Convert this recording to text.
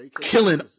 killing